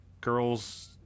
girls